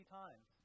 times